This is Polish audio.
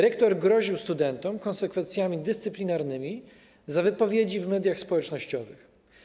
Rektor groził studentom konsekwencjami dyscyplinarnymi za wypowiedzi w mediach społecznościowych.